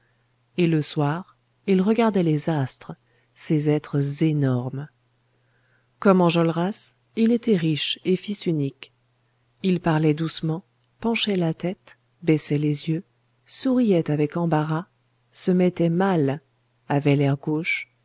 et le soir il regardait les astres ces êtres énormes comme enjolras il était riche et fils unique il parlait doucement penchait la tête baissait les yeux souriait avec embarras se mettait mal avait l'air gauche